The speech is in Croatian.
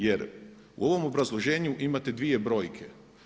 Jer u ovom obrazloženju imate dvije brojke.